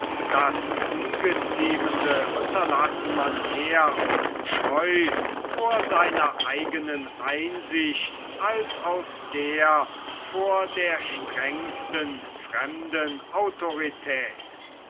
das ungeziemende unterlasse man mehr aus scheu vor seiner eigenen einsicht als aus der vor der strengsten fremden autorität